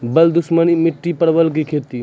बल दुश्मनी मिट्टी परवल की खेती?